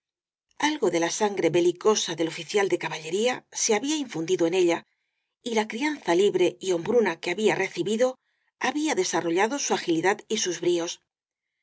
algo de la sangre belicosa del ofi cial de caballería se había infundido en ella y la crianza libre y hombruna que había recibido ha bía desarrollado su agilidad y sus bríos